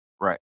Right